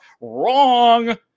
Wrong